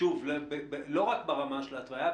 לא רק ברמה של התוויה,